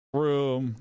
room